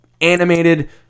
animated